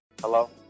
Hello